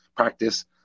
practice